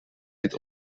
met